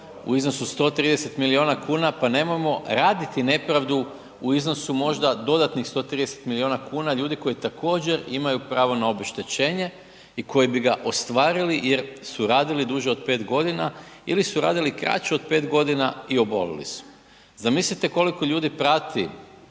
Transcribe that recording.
u iznosu od 130 milijuna kuna, pa nemojmo raditi nepravdu u iznosu možda dodatnih 130 milijuna kuna ljudi koji također, imaju pravo na obeštećenje i koje bi ga ostvarili jer su radili duže od 5 godina ili su radili kraće od 5 godina i obolili su. Zamislite koliko ljudi prati